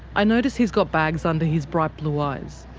i notice he's got bags under his bright blue eyes,